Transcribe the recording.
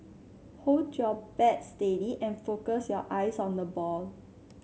hold your bat steady and focus your eyes on the ball